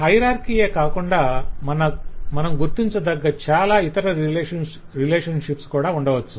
హయరార్కియే కాకుండా మనం గుర్తించదగ్గ చాలా ఇతర రిలేషన్షిప్స్ కూడా ఉండవచ్చు